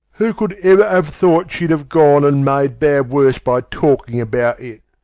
who could ever have thought she'd have gone and made bad worse by talking about it?